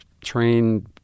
train